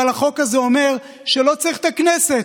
אבל החוק הזה אומר שלא צריך את הכנסת.